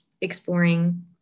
exploring